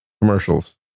commercials